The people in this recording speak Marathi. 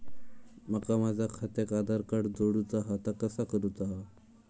माका माझा खात्याक आधार कार्ड जोडूचा हा ता कसा करुचा हा?